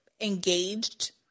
engaged